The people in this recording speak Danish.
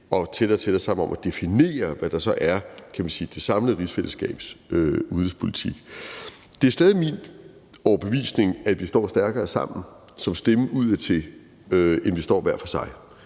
og tættere og tættere sammen om at definere, hvad der så er, kan man sige, det samlede rigsfællesskabs udenrigspolitik. Det er stadig min overbevisning, at vi står stærkere sammen som stemme udadtil, end vi står hver for sig.